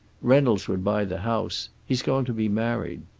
reynolds would buy the house. he's going to be married.